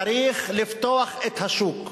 צריך לפתוח את השוק,